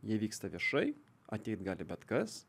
jie vyksta viešai ateit gali bet kas